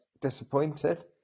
disappointed